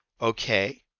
Okay